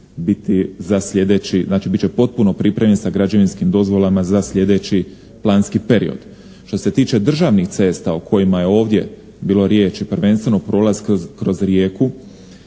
biti za slijedeći, znači bit će potpuno pripremljen sa građevinskim dozvolama za slijedeći planski period. Što se tiče državnih cesta o kojima je ovdje bilo riječi prvenstveno prolaz kroz Rijeku